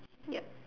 yup